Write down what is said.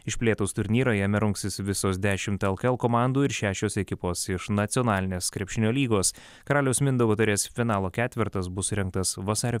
išplėtus turnyrą jame rungsis visos dešimt lkl komandų ir šešios ekipos iš nacionalinės krepšinio lygos karaliaus mindaugo taurės finalo ketvertas bus surengtas vasario